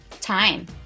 time